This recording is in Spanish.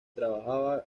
trabajaba